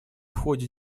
ходе